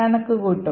കണക്കുകൂട്ടും